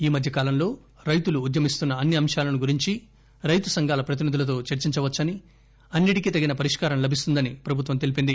ఈ మధ్య కాలంలో రైతులు ఉద్యమిస్తున్న అన్ని అంశాలను గురించి రైతు సంఘాల ప్రతినిధులతో చర్చించవచ్చని అన్నిటికీ తగిన పరిష్కారం లభిస్తుందని ప్రభుత్వం తెలిపింది